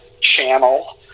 Channel